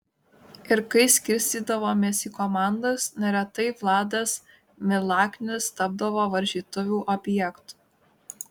ir kai skirstydavomės į komandas neretai vladas milaknis tapdavo varžytuvių objektu